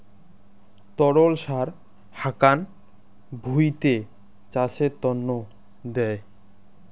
তরল সার হাকান ভুঁইতে চাষের তন্ন দেয়